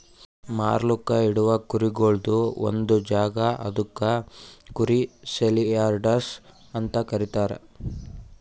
ಮಾರ್ಲುಕ್ ಇಡವು ಕುರಿಗೊಳ್ದು ಒಂದ್ ಜಾಗ ಅದುಕ್ ಕುರಿ ಸೇಲಿಯಾರ್ಡ್ಸ್ ಅಂತ ಕರೀತಾರ